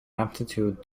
aptitude